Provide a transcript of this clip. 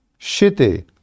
shitty